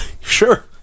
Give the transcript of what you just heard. Sure